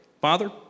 Father